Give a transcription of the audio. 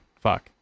Fuck